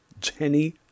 Jenny